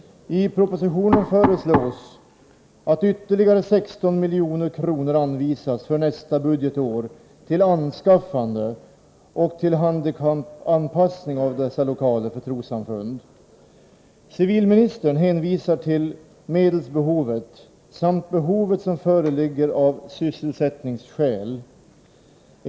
I propositionen föreslås att ytterligare 16 milj.kr. anvisas för nästa budgetår till anskaffande och handikappanpassning av lokaler för trossamfund. Civilministern hänvisar till medelsbehovet samt det behov som föreligger av sysselsättningsskäl.